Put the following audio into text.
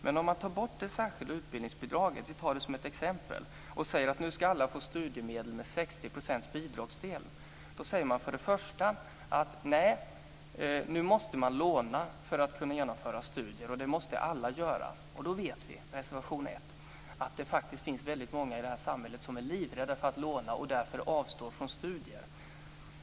Men om man tar bort det särskilda utbildningsbidraget - vi tar det som ett exempel - och säger att alla nu ska få studiemedel med 60 % bidragsdel säger man först och främst att man måste låna för att kunna genomföra studier och att alla måste göra det. Då vet vi, reservation ett, att det faktiskt finns väldigt många i det här samhället som är livrädda för att låna och därför avstår från studier.